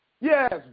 Yes